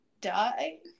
die